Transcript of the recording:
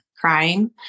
crying